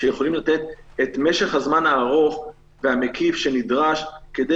שיכולים לתת את משך הזמן הארוך והמקיף שנדרש כדי